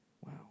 Wow